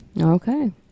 Okay